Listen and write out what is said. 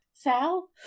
sal